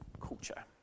culture